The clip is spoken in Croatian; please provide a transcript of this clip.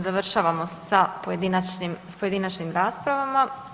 Završavamo sa pojedinačnim raspravama.